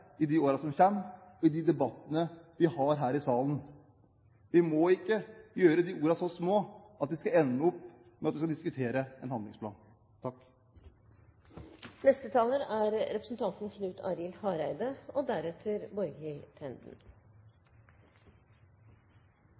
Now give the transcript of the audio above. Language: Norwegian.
i årene som kommer, i debattene vi har her i salen. Vi må ikke gjøre de ordene så små at vi ender opp med å diskutere en handlingsplan. Orda «meir openheit, meir demokrati» er blitt ståande som nokre veldig viktige ord i etterkant av 22. juli. Det er eg glad for, og